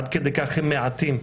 עד כדי כך הם מעטים,